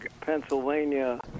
Pennsylvania